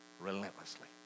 relentlessly